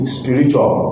spiritual